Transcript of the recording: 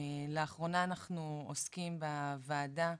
לאחרונה אנחנו עוסקים בוועדה,